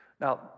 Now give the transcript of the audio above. Now